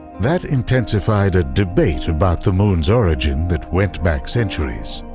that intensified a debate about the moon's origin that went back centuries.